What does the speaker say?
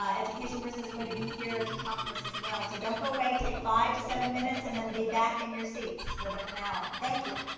education person is going to be here to talk to us as well. so don't go away. take five to seven minutes and then be back in your seats for the finale. thank you.